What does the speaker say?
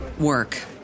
work